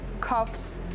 cuffs